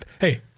Hey